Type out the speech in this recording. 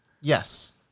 Yes